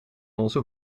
onze